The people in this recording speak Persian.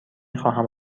خواهم